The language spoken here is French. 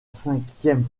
cinquième